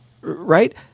Right